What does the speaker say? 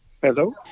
Hello